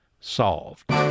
solved